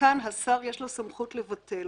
כאן לשר יש סמכות לבטל.